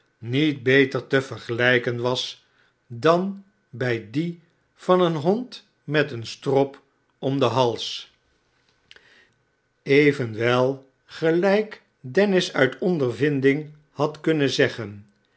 met beter te vergelijken was dan bij dien van een hond met een strop om den hals evenwel gelijk dennis uit ondervinding had kunnen zeggen